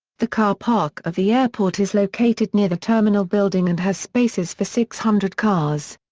the car park of the airport is located near the terminal building and has spaces for six hundred cars.